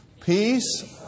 Peace